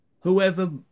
Whoever